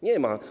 Nie ma.